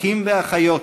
אחים ואחיות,